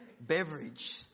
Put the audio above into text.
beverage